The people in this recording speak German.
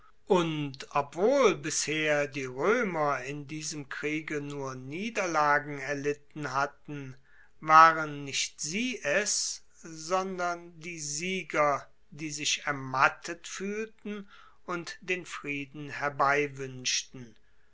obwohl bisher die roemerin diesem kriege nur niederlagen erlitten hatten waren nicht sie es sondern die sieger die sich ermattet fuehlten und den frieden